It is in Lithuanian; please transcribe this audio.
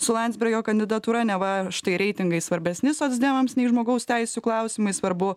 su landsbergio kandidatūra neva štai reitingai svarbesni socdemams nei žmogaus teisių klausimai svarbu